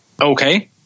Okay